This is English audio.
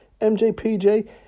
MJPJ